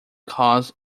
cause